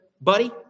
buddy